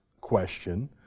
question